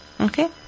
Okay